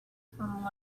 from